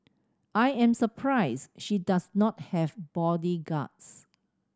I am surprised she does not have bodyguards